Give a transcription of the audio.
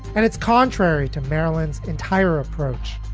and it's contrary to maryland's entire approach.